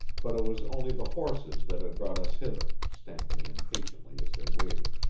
but it was only the horses that had brought us hither, stamping impatiently as they waited.